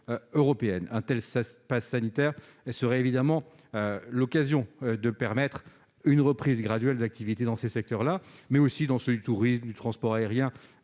Un tel pass sanitaire serait évidemment l'occasion de permettre une reprise graduelle de l'activité dans ces secteurs, comme dans ceux du tourisme, du transport aérien